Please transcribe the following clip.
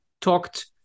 talked